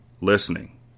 listening